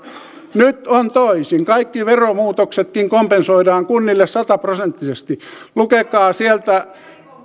nyt on toisin kaikki veromuutoksetkin kompensoidaan kunnille sataprosenttisesti lukekaa sieltä